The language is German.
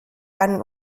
einen